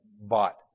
bought